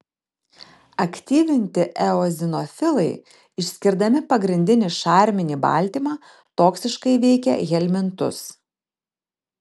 aktyvinti eozinofilai išskirdami pagrindinį šarminį baltymą toksiškai veikia helmintus